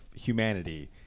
humanity